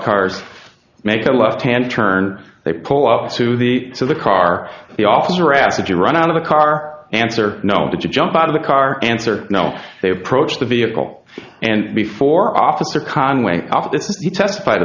cars make a left hand turn they pull up to the to the car the officer rapidly run out of the car answer no to jump out of the car answer no they approach the vehicle and before officer conway after he testified of